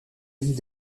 dit